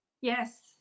yes